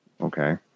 Okay